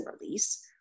release